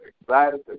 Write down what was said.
Excited